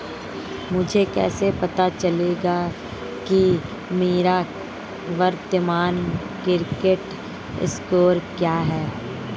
मुझे कैसे पता चलेगा कि मेरा वर्तमान क्रेडिट स्कोर क्या है?